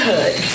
Hood